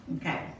Okay